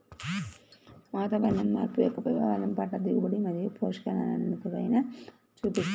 వాతావరణ మార్పు యొక్క ప్రభావాలు పంట దిగుబడి మరియు పోషకాల నాణ్యతపైన చూపిస్తాయి